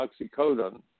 oxycodone